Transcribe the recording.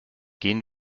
gehen